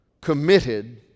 committed